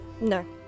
No